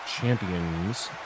Champions